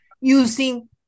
using